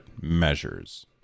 measures